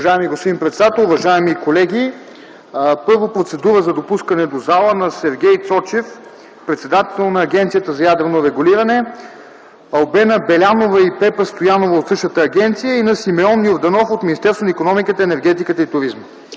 Уважаеми господин председател, уважаеми колеги, първо процедура за допускане в залата на Сергей Цочев - председател на Агенцията за ядрено регулиране, Албена Белянова и Пепа Стоянова от същата агенция и на Симеон Йорданов от Министерството на икономиката, енергетиката и туризма.